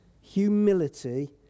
humility